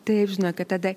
taip žinokit tada